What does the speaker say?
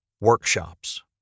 workshops